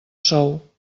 sou